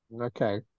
Okay